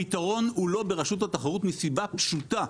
הפתרון הוא לא ברשות התחרות, מסיבה פשוטה.